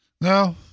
No